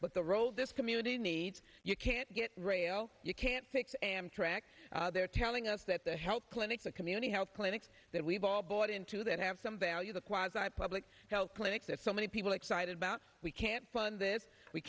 but the road this community needs you can't get rail you can't fix amtrak they're telling us that the health clinics the community health clinics that we've all bought into that have some value the choir's i public health clinics that so many people excited about we can't fund this we